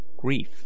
grief